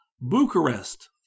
Bucharest